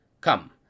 Come